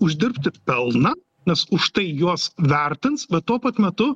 uždirbti pelną nes už tai juos vertins vat tuo pat metu